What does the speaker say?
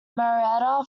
marietta